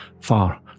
far